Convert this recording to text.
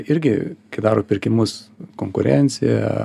irgi kai daro pirkimus konkurencija